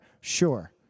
Sure